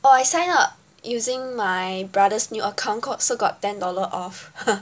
well I sign up using my brother's new account so got ten dollar off